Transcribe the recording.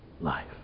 life